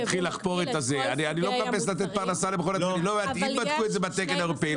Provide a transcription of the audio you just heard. אם בדקו את זה בתקן האירופאי,